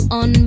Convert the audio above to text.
on